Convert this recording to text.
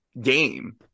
game